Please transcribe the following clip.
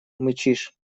мычишь